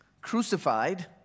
crucified